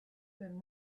been